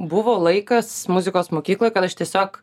buvo laikas muzikos mokykloj kad aš tiesiog